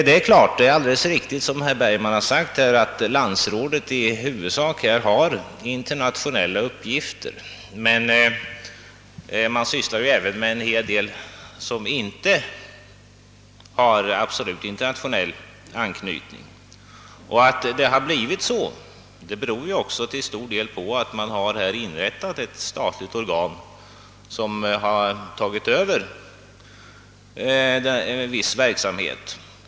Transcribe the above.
Det är alldeles riktigt som herr Bergman påpekat, att landsrådet i huvudsak har internationella uppgifter, men man sysslar ju även med en hel del som inte har absolut internationell anknytning. Att det har blivit så beror till stor del på att ett statligt organ inrättats som har övertagit viss verksamhet.